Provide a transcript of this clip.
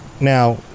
Now